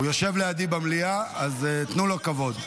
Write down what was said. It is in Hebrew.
הוא יושב לידי במליאה, אז תנו לו כבוד.